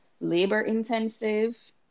labor-intensive